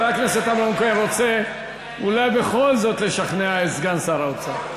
חבר הכנסת אמנון כהן רוצה אולי בכל זאת לשכנע את סגן שר האוצר.